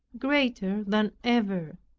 greater than ever.